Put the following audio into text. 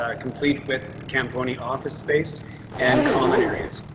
ah complete with camponi, office space and common areas.